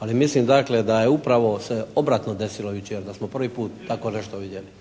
Ali mislim dakle da je upravo se obratno desilo jučer. Da smo prvi put tako nešto vidjeli.